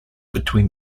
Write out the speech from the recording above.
between